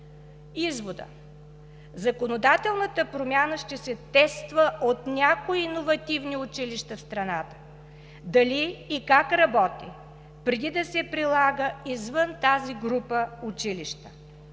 Изводът: законодателната промяна ще се тества от някои иновативни училища в страната – дали и как работи, преди да се прилага извън тази група училища.